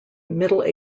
middle